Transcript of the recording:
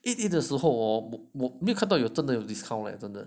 eight eight 的时候 hor 我我没有看到有真的 discount leh 真的